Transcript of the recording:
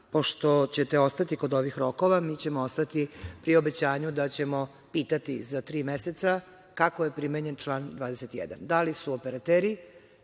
Pošto ćete ostati kod ovih rokova, mi ćemo ostati pri obećanju da ćemo pitati za tri meseca kako je primenjen član 21, da li su operateri